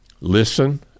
Listen